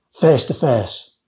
face-to-face